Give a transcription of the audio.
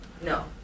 No